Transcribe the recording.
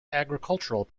agricultural